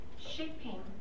shaping